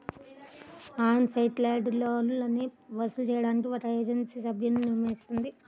అన్ secured లోన్లని వసూలు చేయడానికి ఒక ఏజెన్సీ సభ్యున్ని నియమిస్తారు